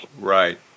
Right